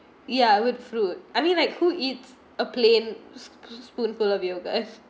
ya with fruit I mean like who eats a plain spoonful of yogurt